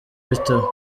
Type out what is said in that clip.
bitaba